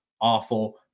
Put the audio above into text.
awful